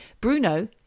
Bruno